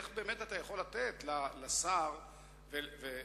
איך אתה יכול לתת לשר ולצוותו,